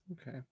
Okay